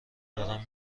دارم